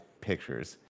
pictures